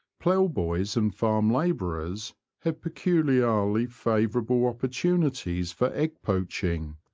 plough boys and farm labourers have peculiarly fa vourable opportunities for tgg poaching.